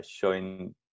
showing